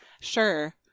Sure